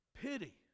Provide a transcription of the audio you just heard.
pity